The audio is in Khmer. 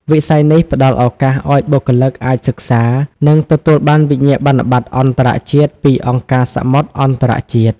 វិស័យនេះផ្តល់ឱកាសឱ្យបុគ្គលិកអាចសិក្សា និងទទួលបានវិញ្ញាបនបត្រអន្តរជាតិពីអង្គការសមុទ្រអន្តរជាតិ ។